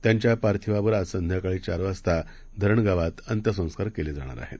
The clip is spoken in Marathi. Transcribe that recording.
त्यांच्यापार्थिवावरआजसंध्याकाळीचारवाजताधरणगावातअंत्यसंस्कारकेलेजाणारआहेत